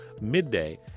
midday